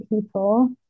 people